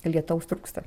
lietaus trūksta